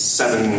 seven